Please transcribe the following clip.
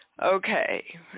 Okay